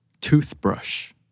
Toothbrush